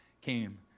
came